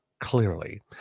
clearly